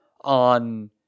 on